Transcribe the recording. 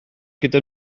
gyda